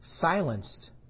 silenced